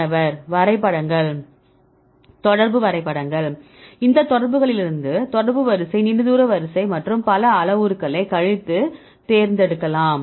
மாணவர் வரைபடங்கள் தொடர்பு வரைபடங்கள் இந்த தொடர்புகளிலிருந்து தொடர்பு வரிசை நீண்ட தூர வரிசை மற்றும் பல அளவுருக்களைக் கழித்து தேர்ந்தெடுக்கலாம்